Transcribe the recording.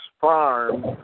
farm